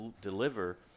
deliver